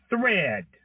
thread